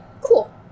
Cool